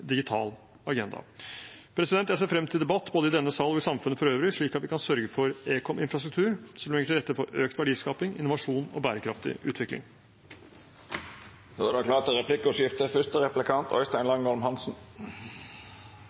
Digital agenda. Jeg ser frem til debatt både i denne salen og i samfunnet for øvrig, slik at vi kan sørge for en ekominfrastruktur som legger til rette for økt verdiskaping, innovasjon og bærekraftig utvikling. Det vert replikkordskifte.